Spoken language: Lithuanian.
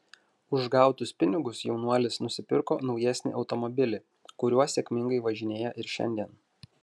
už gautus pinigus jaunuolis nusipirko naujesnį automobilį kuriuo sėkmingai važinėja ir šiandien